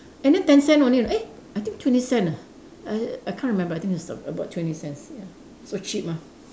and then ten cent only eh I think twenty cent ah I I can't remember I think it's a~ about twenty cents ya so cheap ah